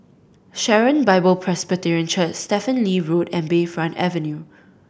Sharon Bible Presbyterian Church Stephen Lee Road and Bayfront Avenue